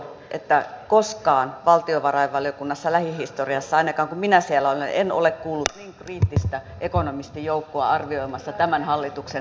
kyllähän totuus on että koskaan valtiovarainvaliokunnassa lähihistoriassa ainakaan kun minä siellä olen ollut en ole kuullut niin kriittistä ekonomistijoukkoa arvioimassa tämän hallituksen talouspolitiikkaa